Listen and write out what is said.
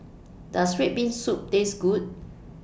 Does Red Bean Soup Taste Good